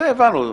זה הבנו,